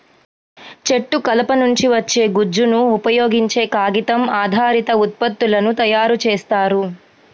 చెట్టు కలప నుంచి వచ్చే గుజ్జును ఉపయోగించే కాగితం ఆధారిత ఉత్పత్తులను తయారు చేస్తారు